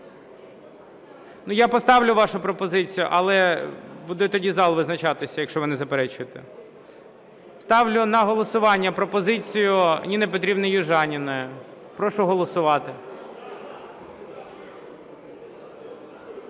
Я поставлю вашу пропозицію, але буде тоді зал визначатися, якщо ви не заперечуєте. Ставлю на голосування пропозицію Ніни Петрівни Южаніної. Прошу голосувати.